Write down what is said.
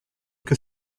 que